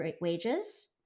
wages